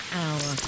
hour